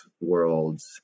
worlds